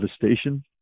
devastation